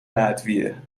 ادویه